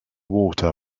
water